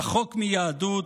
רחוק מיהדות,